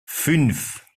fünf